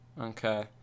Okay